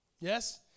Yes